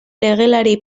legelari